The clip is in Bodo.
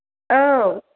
औ